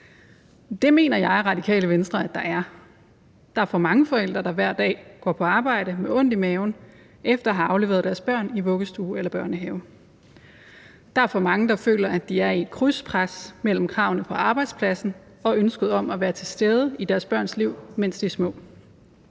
Det mener jeg og Radikale Venstre at der er. Der er for mange forældre, der hver dag går på arbejde med ondt i maven efter at have afleveret deres børn i vuggestue eller børnehave. Der er for mange, der føler, at de er et krydspres mellem kravene på arbejdspladsen og ønsket om at være til stede i deres børns liv, mens de er små.